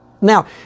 Now